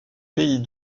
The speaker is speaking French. pays